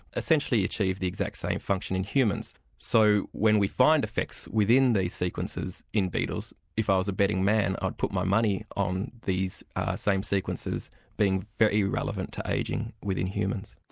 essentially achieve the exact same function in humans. so when we find effects within these sequences in beetles, if i was a betting man, i'd put my money on these same sequences being very relevant to ageing within humans.